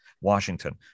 Washington